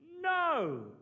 No